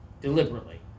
Deliberately